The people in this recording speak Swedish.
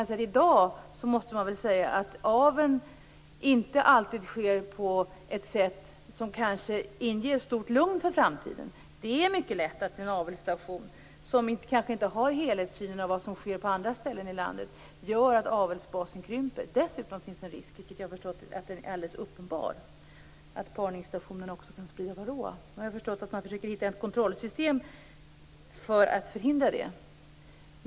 I dag sker aveln inte alltid på ett sätt som inger stort lugn inför framtiden. Det är mycket lätt att en avelsstation som kanske inte har helhetssynen av vad som sker på andra ställen i landet gör att avelsbasen krymper. Dessutom finns det en risk, vilken jag har förstått är uppenbar, för att parningsstationerna också kan sprida varroa. Jag har förstått att man försöker hitta ett kontrollsystem för att förhindra det.